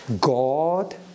God